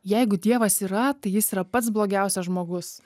jeigu dievas yra tai jis yra pats blogiausias žmogus